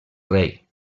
rei